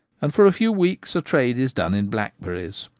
and for a few weeks a trade is done in blackberries.